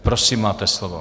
Prosím, máte slovo.